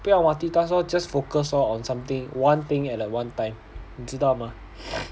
不要 multitask lor just focus lor on something one thing at a one time 你知道吗